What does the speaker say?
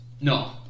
No